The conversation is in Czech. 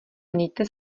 mějte